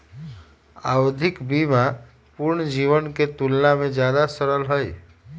आवधिक बीमा पूर्ण जीवन के तुलना में ज्यादा सरल हई